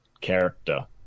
character